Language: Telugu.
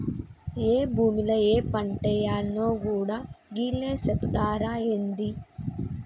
ఏ భూమిల ఏ పంటేయాల్నో గూడా గీళ్లే సెబుతరా ఏంది?